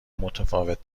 متفاوت